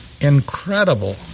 incredible